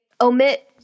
omit